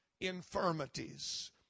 infirmities